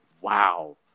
wow